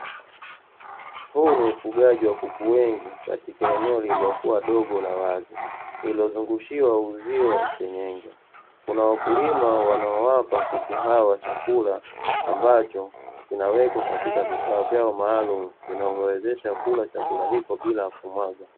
Huu ni ufugaji wa kuku wengi katika eneo lililokuwa dogo la wazi lililozungushiwa uzio wa senyenge, kuna wakulima wanaowapa kuku hawa chakula ambacho kinawekwa katika vifaa vyao maalumu vinavyo wawezesha kula chakula hiko bila ya kumwaga.